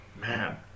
man